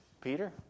Peter